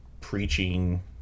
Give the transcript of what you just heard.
preaching